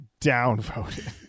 downvoted